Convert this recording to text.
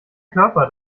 körper